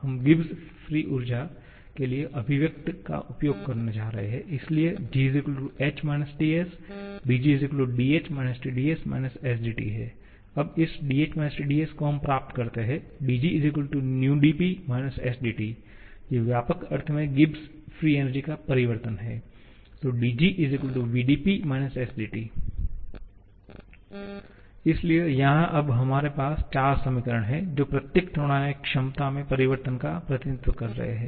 हम गिब्स मुक्त ऊर्जा के लिए अभिव्यक्ति का उपयोग करने जा रहे हैं इसलिए g h − Ts dg dh - Tds − sdT अब इस dh Tds को हम प्राप्त करते हैं dg vdP − sdT यह व्यापक अर्थ में गिब्स मुक्त ऊर्जा का परिवर्तन है dG VdP − SdT इसलिए यहाँ अब हमारे पास चार समीकरण हैं जो प्रत्येक थर्मोडायनामिक क्षमता में परिवर्तन का प्रतिनिधित्व करते हैं